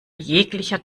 jeglicher